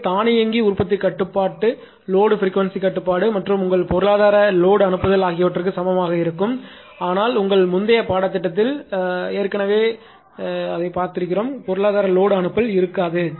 எனவே தானியங்கி உற்பத்தி கட்டுப்பாடு லோடுப்ரீக்வென்சி கட்டுப்பாடு மற்றும் உங்கள் பொருளாதார லோடுஅனுப்புதல் ஆகியவற்றுக்கு சமமாக இருக்கும் ஆனால் உங்கள் முந்தைய பாடத்திட்டத்தில் ஏற்கனவே கற்பிக்கப்பட்டதால் பொருளாதார லோடுஅனுப்பல் இருக்காது